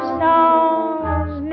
songs